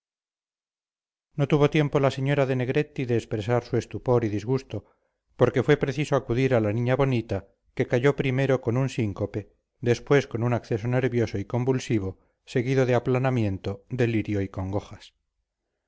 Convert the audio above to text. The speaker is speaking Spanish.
no tuvo tiempo la señora de negretti de expresar su estupor y disgusto porque fue preciso acudir a la niña bonita que cayó primero con un síncope después con un acceso nervioso y convulsivo seguido de aplanamiento delirio y congojas